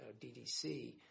DDC